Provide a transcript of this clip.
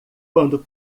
quando